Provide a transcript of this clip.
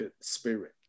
Spirit